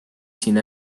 siin